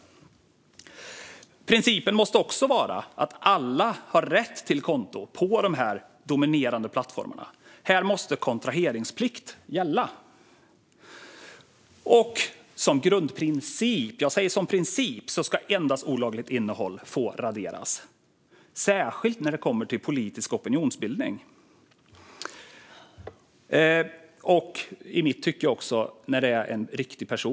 Principen måste också vara att alla har rätt till konto på dessa dominerande plattformar. Här måste kontraheringsplikt gälla. Som grundprincip - jag talar alltså om en princip här - ska endast olagligt innehåll få raderas, särskilt när det gäller politisk opinionsbildning. I mitt tycke ska det gälla när det är en riktig person.